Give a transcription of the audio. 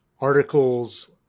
articles